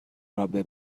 رابه